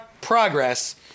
progress